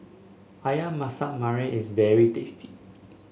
ayam Masak Merah is very tasty